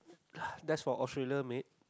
that for Australia make